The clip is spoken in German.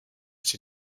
sie